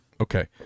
Okay